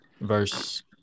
verse